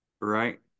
Right